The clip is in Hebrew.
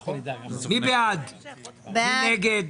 מי בעד קבלת ההסתייגות?